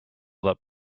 that